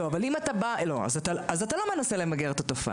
לא, אז אתה לא מנסה למגר את התופעה.